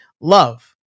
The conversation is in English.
love